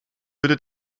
würde